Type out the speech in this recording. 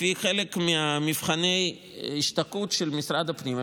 לפי חלק ממבחני ההשתקעות של משרד הפנים,